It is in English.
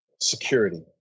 security